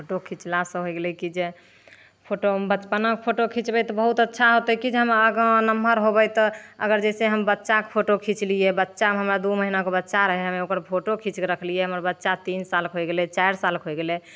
photo खीचला से हो गेलै कि जे फोटोमे बचपनाके फोटो खीचबै तऽ बहुत अच्छा होयते कि जे हम आगाँ नमहर होबै तऽ अगर जैसे हम बच्चाके फोटो खीचलिए बच्चामे हमरा दू महिनाके बच्चा रहए हमे ओकर फोटो खींचके रखलिऐ हमर बच्चा तीन सालके होए गेलै चारि सालके हो गेलै